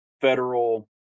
federal